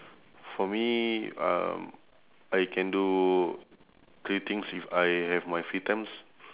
for me um I can do three things if I have my free times